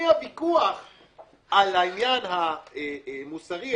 מהוויכוח על העניין המוסרי,